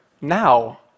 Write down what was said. now